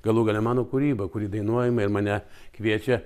galų gale mano kūryba kuri dainuojama ir mane kviečia